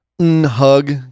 hug